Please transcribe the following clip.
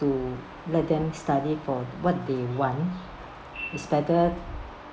to let them study for what they want it's better